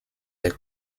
des